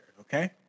okay